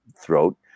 throat